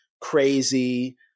crazy